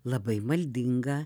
labai maldinga